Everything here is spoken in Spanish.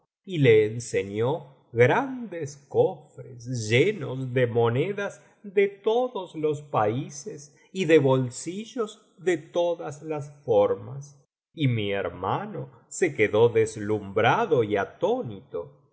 y le enseñó grandes cofres llenos de monedas de todos los países y de bolsillos de todas las formas y mi hermano se quedó deslumhrado y atónito